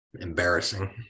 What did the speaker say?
Embarrassing